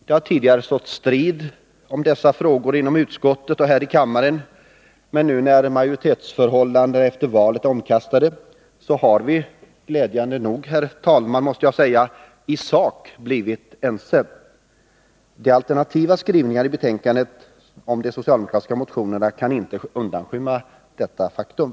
Det har tidigare stått strid om dessa frågor inom utskottet och här i kammaren. Men nu när majoritetsförhållandena efter valet är omkastade har vi — glädjande nog, måste jag säga — i sak blivit ense. De alternativa skrivningarna i betänkandet om de socialdemokratiska motionerna kan inte Nr 43 undanskymma detta faktum.